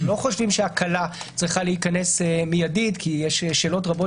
אנחנו לא חשובים שהקלה צריכה להיכנס מיידית כי יש שאלות רבות